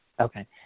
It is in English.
Okay